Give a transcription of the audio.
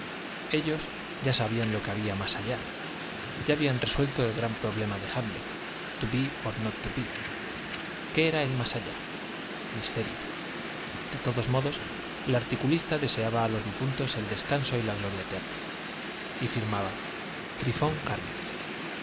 ellos ya sabían lo que había más allá ya habían resuelto el gran problema de hamlet to be or not to be qué era el más allá misterio de todos modos el articulista deseaba a los difuntos el descanso y la gloria eterna y firmaba trifón cármenes